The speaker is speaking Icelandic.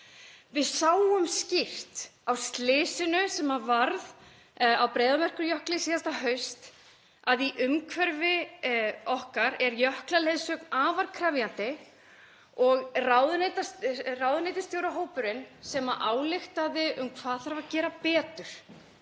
Við sáum skýrt á slysinu sem varð á Breiðamerkurjökli síðasta haust að í umhverfi okkar er jöklaleiðsögn afar krefjandi og ráðuneytisstjórahópurinn sem ályktaði um hvað þurfi að gera betur